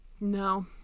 No